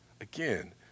Again